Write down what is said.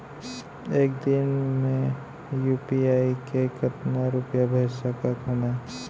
एक दिन म यू.पी.आई से कतना रुपिया भेज सकत हो मैं?